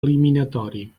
eliminatori